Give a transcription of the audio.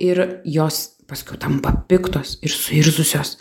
ir jos paskui tampa piktos ir suirzusios